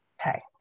Okay